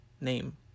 name